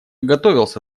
готовился